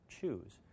choose